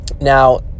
Now